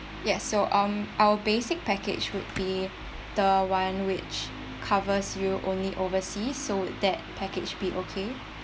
yes so um our basic package would be the one which covers you only overseas so that package be okay